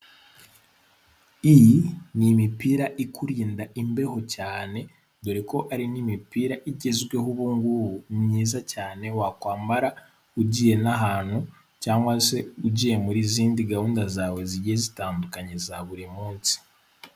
Iyi ni imipira ikurinda imbeho cyane dore ko ari n'imipira igezweho ubu ngubu myiza cyane wakwambara ugiye n'ahantu cyangwa se ugiye mu zindi gahunda zawe zigiye zitandukanye za buri munsi.